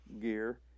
gear